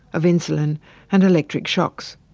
of insulin and electric shocks,